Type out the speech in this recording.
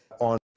On